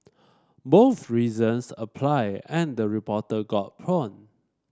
both reasons apply and the reporter got pawned